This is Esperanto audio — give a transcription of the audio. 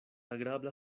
agrabla